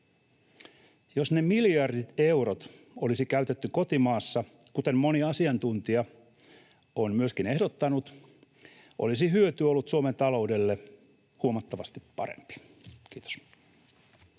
Jos ne miljardit eurot olisi käytetty kotimaassa, kuten moni asiantuntija on myöskin ehdottanut, olisi hyöty ollut Suomen taloudelle huomattavasti parempi. — Kiitos.